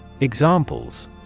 Examples